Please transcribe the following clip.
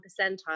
percentile